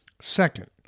Second